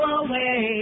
away